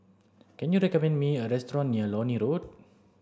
can you recommend me a restaurant near Lornie Road